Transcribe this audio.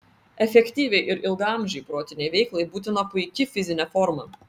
efektyviai ir ilgaamžei protinei veiklai būtina puiki fizinė forma